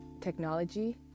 technology